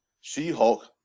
She-Hulk